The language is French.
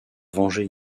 venger